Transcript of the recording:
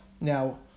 Now